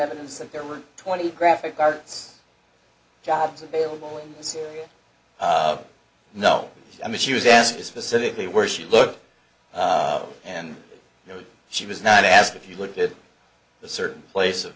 evidence that there were twenty graphic arts jobs available no i mean she was asked specifically where she looked and you know she was not asked if you looked at a certain place of